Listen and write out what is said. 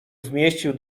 zmieścił